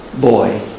boy